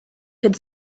could